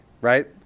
right